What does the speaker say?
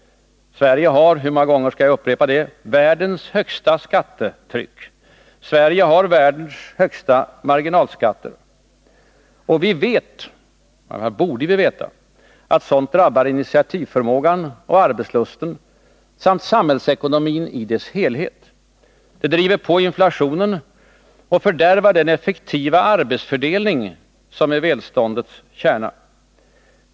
Sverige har världens högsta skattetryck. Sverige har världens högsta marginalskatter. Vi vet, eller borde veta, att sådant drabbar initiativförmågan och arbetslusten samt samhällsekonomin i dess helhet. Det driver på inflationen och fördärvar den effektiva arbetsfördelning som är välståndets kärna.